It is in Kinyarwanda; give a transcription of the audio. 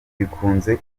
bikunze